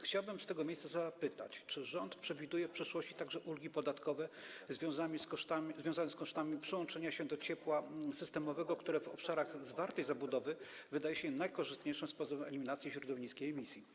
Chciałbym z tego miejsca zapytać, czy rząd przewiduje w przyszłości także ulgi podatkowe związane z kosztami przyłączenia się do ciepła systemowego, które w obszarach zwartej zabudowy wydaje się najkorzystniejszym sposobem eliminacji źródeł niskiej emisji.